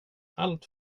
allt